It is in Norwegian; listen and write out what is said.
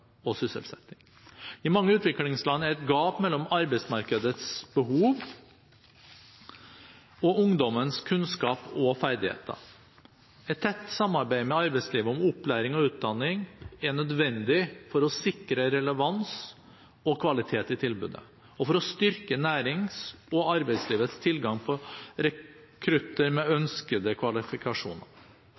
og sysselsetting. I mange utviklingsland er det et gap mellom arbeidsmarkedets behov og ungdommens kunnskap og ferdigheter. Et tett samarbeid med arbeidslivet om opplæring og utdanning er nødvendig for å sikre relevans og kvalitet i tilbudet og for å styrke næringslivets og arbeidslivets tilgang på rekrutter med ønskede kvalifikasjoner.